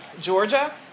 Georgia